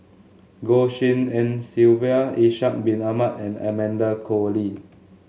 Goh Tshin En Sylvia Ishak Bin Ahmad and Amanda Koe Lee